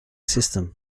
system